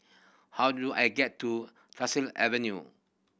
how do I get to Tyersall Avenue